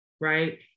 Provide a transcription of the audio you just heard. right